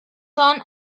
son